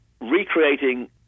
recreating